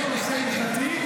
יש פה נושא הלכתי,